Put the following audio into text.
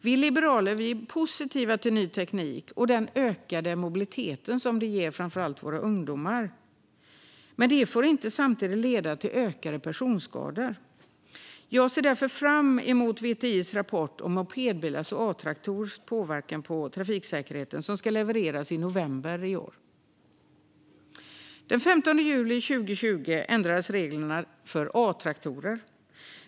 Vi liberaler är positiva till ny teknik och den ökade mobilitet som det ger framför allt våra ungdomar. Men det får inte samtidigt leda till ökade personskador. Jag ser därför fram mot VTI:s rapport om mopedbilars och A-traktorers påverkan på trafiksäkerheten som ska levereras i november i år. Den 15 juli 2020 ändrades reglerna för A-traktorer.